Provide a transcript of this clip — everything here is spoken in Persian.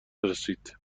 رسید